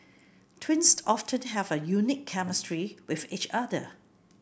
twins often have a unique chemistry with each other